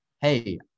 hey